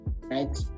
right